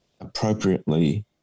appropriately